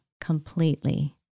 completely